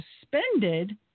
suspended